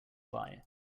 fly